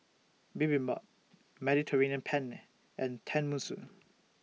Bibimbap Mediterranean Penne and Tenmusu